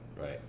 Right